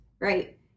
right